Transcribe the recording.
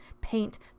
paint